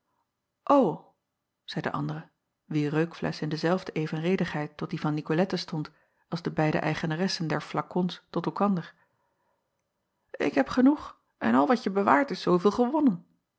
zeî de andere wier reukflesch in dezelfde evenredigheid tot die van icolette stond als de beide eigena acob van ennep laasje evenster delen ressen der flakons tot elkander ik heb genoeg en al wat je bewaart is zooveel gewonnen